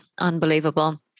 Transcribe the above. unbelievable